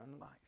life